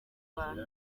rwanda